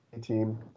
team